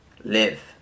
live